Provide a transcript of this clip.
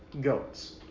goats